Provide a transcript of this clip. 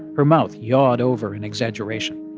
her mouth yawed over an exaggeration,